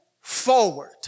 forward